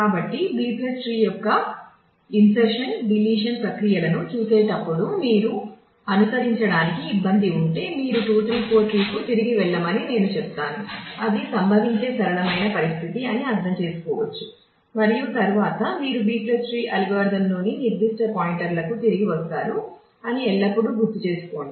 కాబట్టి B tree యొక్క insertion ప్రక్రియలను చూసేటప్పుడు మీరు అనుసరించడానికి ఇబ్బంది ఉంటే మీరు 2 3 4 ట్రీ కు తిరిగి వెళ్ళమని నేను చెప్తాను అది సంభవించే సరళమైన పరిస్థితి అని అర్థం చేసుకోవచ్చు మరియు తరువాత మీరు B ట్రీ అల్గోరిథం లోని నిర్దిష్ట పాయింట్లకు తిరిగి వస్తారు అని ఎల్లప్పుడూ గుర్తుంచుకోండి